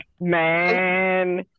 man